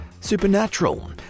Supernatural